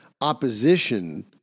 opposition